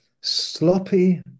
sloppy